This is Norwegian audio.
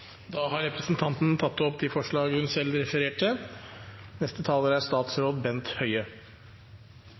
Da har representanten Karin Andersen tatt opp de forslagene hun refererte til. Jeg er